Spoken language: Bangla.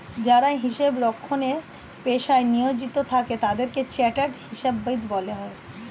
যারা হিসাব রক্ষণের পেশায় নিয়োজিত থাকে তাদের চার্টার্ড হিসাববিদ বলা হয়